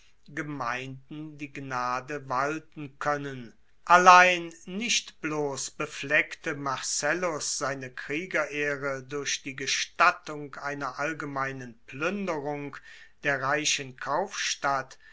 gemeinden die gnade walten koennen allein nicht bloss beflecke marcellus seine kriegerehre durch die gestattung einer allgemeinen pluenderung der reichen kaufstadt